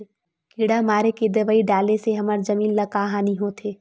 किड़ा मारे के दवाई डाले से हमर जमीन ल का हानि होथे?